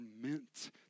meant